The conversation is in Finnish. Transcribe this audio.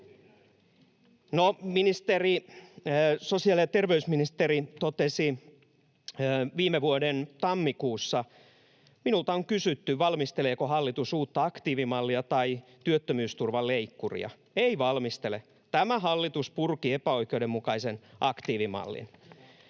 No, sosiaali- ja terveysministeri totesi viime vuoden tammikuussa: ”Minulta on kysytty, valmisteleeko hallitus uutta aktiivimallia tai työttömyysturvan leikkuria. Ei valmistele. Tämä hallitus purki epäoikeudenmukaisen aktiivimallin.”